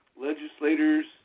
legislators